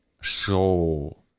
show